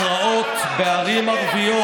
פרעות בערים ערביות,